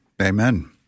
Amen